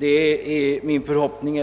Det är min förhoppning